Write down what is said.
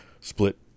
split